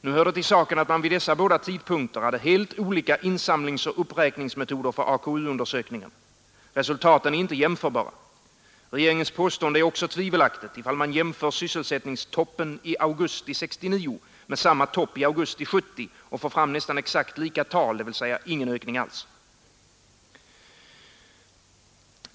Nu hör det till saken, att man vid dessa båda tidpunkter hade helt olika insamlingsoch uppräkningsmetoder för AKU-undersökningarna. Resultaten är inte jämförbara. Regeringens påstående är också tvivelaktigt, om man jämför sysselsättningstoppen i augusti 1969 med samma topp i augusti 1970 och får fram nästån exakt lika tal, dvs. ingen ökning alls.